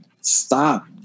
Stop